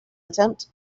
attempt